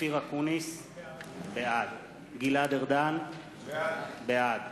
אופיר אקוניס, בעד גלעד ארדן, בעד